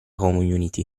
community